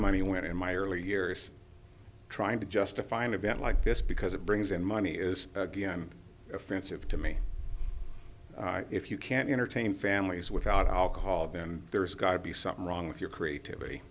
money went in my early years trying to justify an event like this because it brings in money is offensive to me if you can't entertain families without alcohol then there's got to be something wrong with your creativity